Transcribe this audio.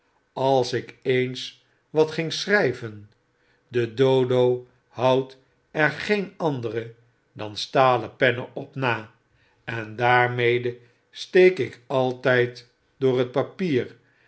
als ik eens wat ging schry ven de dodo houdt er geen andere dan stalen pennen op na en daarmede steek ik altyd door het papier